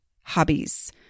hobbies